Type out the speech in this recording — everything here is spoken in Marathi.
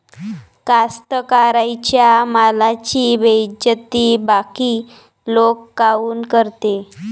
कास्तकाराइच्या मालाची बेइज्जती बाकी लोक काऊन करते?